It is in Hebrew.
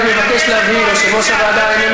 אני רק מבקש להבהיר: יושב-ראש הוועדה איננו